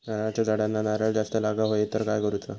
नारळाच्या झाडांना नारळ जास्त लागा व्हाये तर काय करूचा?